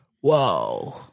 Whoa